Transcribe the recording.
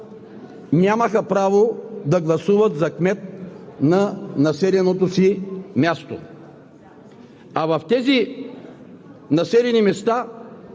нямаха право да гласуват за кмет на населеното си място. А в тези населени места